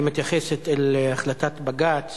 היא מתייחסת להחלטת בג"ץ